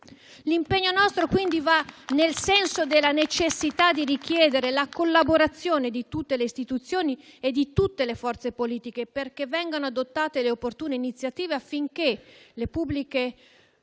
impegno va quindi nel senso della necessità di richiedere la collaborazione di tutte le istituzioni e di tutte le forze politiche perché vengano adottate le opportune iniziative affinché le pubbliche